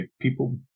people